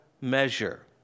measure